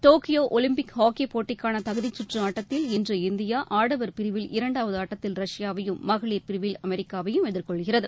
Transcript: Tokyo Olympic hockey போட்டிக்கான தகுதிச்சுற்று ஆட்டத்தில் இன்று இந்தியா ஆடவர் பிரிவில் இரண்டாவது ஆட்டத்தில் ரஷ்யாவையும் மகளிர் பிரிவில் அமெரிக்காவையும் எதிர்கொள்கிறது